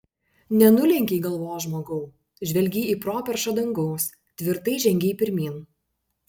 nenulenkei galvos žmogau žvelgei į properšą dangaus tvirtai žengei pirmyn